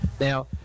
Now